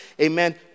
amen